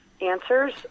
answers